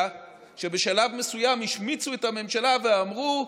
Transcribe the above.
שבשלב מסוים השמיצו את הממשלה ואמרו: